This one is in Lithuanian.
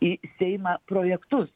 į seimą projektus